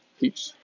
Peace